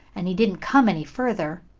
and he didn't come any further.